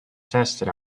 tested